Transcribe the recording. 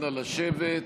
נא לשבת.